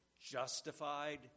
justified